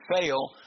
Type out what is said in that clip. fail